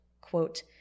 quote